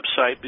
website